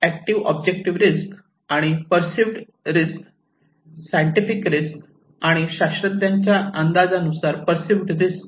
आपण active objective risk आणि perceived risk scientific risk आणि शास्त्रज्ञांच्या अंदाजानुसार परसिव्हिड रिस्क